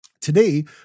today